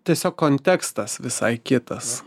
tiesiog kontekstas visai kitas